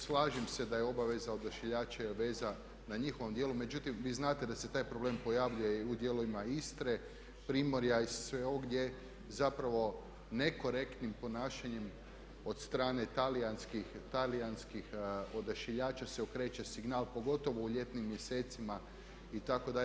Slažem se da je obaveza Odašiljača i veza na njihovom dijelu, međutim vi znate da se taj problem pojavljuje i u dijelovima Istre, Primorja i to je zapravo riječ o nekorektnom ponašanju od strane talijanskih odašiljača jer se okreće signal pogotovo u ljetnim mjesecima itd.